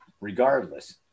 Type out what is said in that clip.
regardless